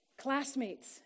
Classmates